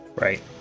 right